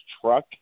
truck